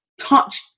touch